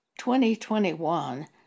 2021